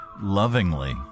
Lovingly